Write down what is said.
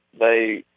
they